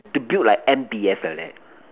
to build like M_B_S like that